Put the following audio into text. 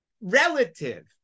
relative